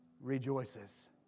rejoices